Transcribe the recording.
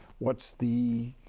what's the